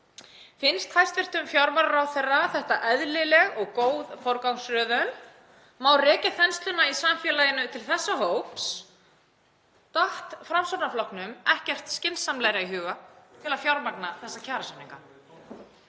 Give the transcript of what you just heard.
Finnst hæstv. fjármálaráðherra þetta eðlileg og góð forgangsröðun? Má rekja þensluna í samfélaginu til þessa hóps? Datt Framsóknarflokknum ekkert skynsamlegra í hug til að fjármagna þessa kjarasamninga?